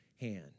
hand